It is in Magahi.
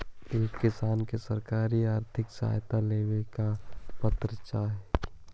एक किसान के सरकारी आर्थिक सहायता लेवेला का पात्रता चाही?